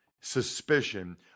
suspicion